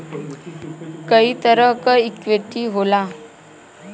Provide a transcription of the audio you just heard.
कई तरीके क इक्वीटी होला